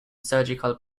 surgical